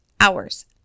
hours